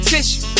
Tissue